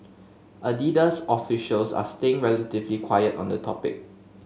Adidas officials are staying relatively quiet on the topic